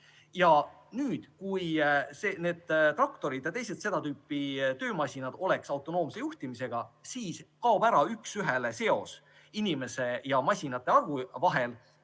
ära teha. Kui traktorid ja teised seda tüüpi töömasinad oleks autonoomse juhtimisega, siis kaoks ära üks ühele seos inimese ja masinate arvu vahel